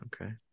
okay